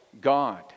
God